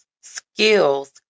skills